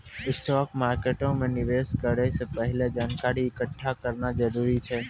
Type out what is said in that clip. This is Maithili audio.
स्टॉक मार्केटो मे निवेश करै से पहिले जानकारी एकठ्ठा करना जरूरी छै